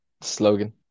Slogan